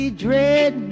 dread